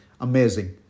Amazing